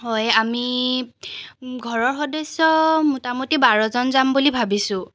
হয় আমি ঘৰৰ সদস্য মোটামুটি বাৰজন যাম বুলি ভাবিছোঁ